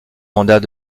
mandat